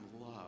love